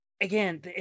again